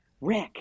Rick